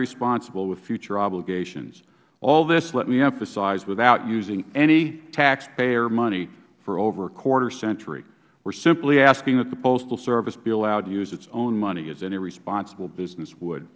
responsible with future obligations all this let me emphasize without using any taxpayer money for over a quarter century we are simply asking that the postal service be allowed to use its own money as any responsible business would